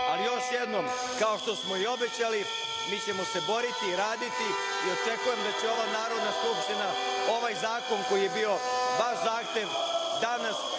ali još jednom kao što smo i obećali mi ćemo se boriti i raditi i očekujem da će ova Narodna skupština ovaj zakon koji je bio vaš zahtev danas,